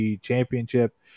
championship